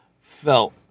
felt